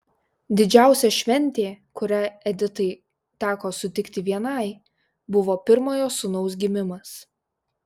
didžiausia šventė kurią editai teko sutikti vienai buvo pirmojo sūnaus gimimas